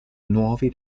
nuovi